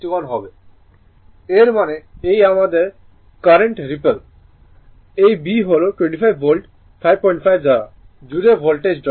এর মানে এই আমাদের কারেন্ট রিপল I এই b হল 25 ভোল্ট 55 দ্বারা I জুড়ে ভোল্টেজ ড্রপ